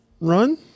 run